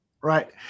Right